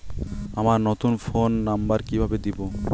আমার নতুন phone number কিভাবে দিবো?